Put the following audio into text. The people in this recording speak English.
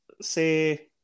say